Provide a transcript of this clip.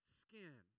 skin